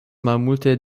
malmulte